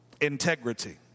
integrity